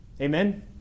Amen